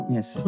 Yes